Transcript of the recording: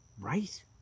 right